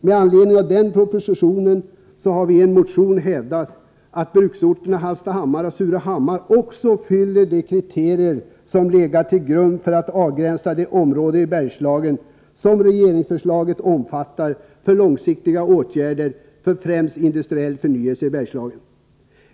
Med anledning av denna proposition har vi i en motion hävdat att bruksorterna Hallstahammar och Surahammar också uppfyller de kriterier som legat till grund för att avgränsa det område i Bergslagen som regeringsförslaget omfattar för långsiktiga åtgärder för främst industriell förnyelse i Bergslagen.